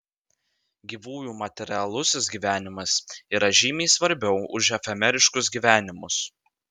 gyvųjų materialusis gyvenimas yra žymiai svarbiau už efemeriškus gyvenimus